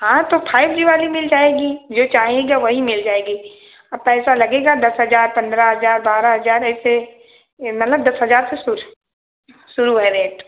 हाँ तो five G वाली मिल जाएगी जो चाहेंगे वही मिल जाएगी पैसा लगेगा दस हजार पन्द्रह हजार बारह हजार ऐसे ए मतलब दस हजार से शुरू शुरू है रेट